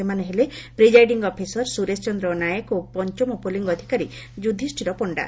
ସେମାନେ ହେଲେ presiding officer Suresh Chandra Nayak ଓ ପଞ୍ଚମ ପୁଲିଂ ଅଧିକାରୀ ଯୁଧିଷିର ପଣ୍ଣା